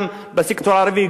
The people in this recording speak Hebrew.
גם בסקטור הערבי,